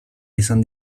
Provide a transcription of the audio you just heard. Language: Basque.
izan